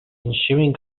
ensuing